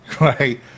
right